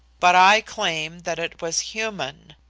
but i claim that it was human.